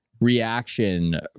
reaction